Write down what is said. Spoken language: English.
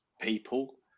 people